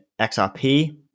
XRP